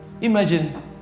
imagine